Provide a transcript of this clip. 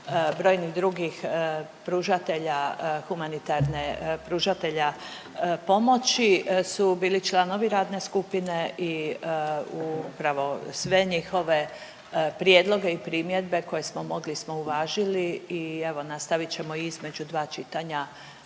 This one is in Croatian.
brojnih drugih pružatelja humanitarne, pružatelja pomoći su bili članovi radne skupine i upravo sve njihove prijedloge i primjedbe koje smo mogli smo uvažili i evo nastavit ćemo između dva čitanja